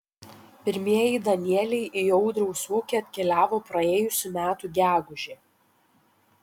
pirmieji danieliai į audriaus ūkį atkeliavo praėjusių metų gegužę